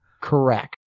Correct